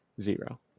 Zero